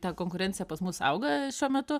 ten konkurencija pas mus auga šiuo metu